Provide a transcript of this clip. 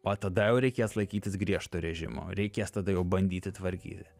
o tada jau reikės laikytis griežto režimo reikės tada jau bandyti tvarkyti